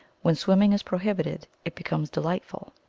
when swimming is prohibited it becomes delightful.